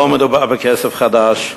לא מדובר בכסף חדש,